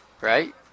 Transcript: Right